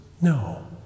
No